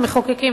כמחוקקים,